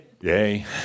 Yay